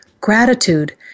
Gratitude